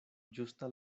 ĝusta